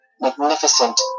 magnificent